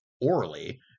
orally